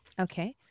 okay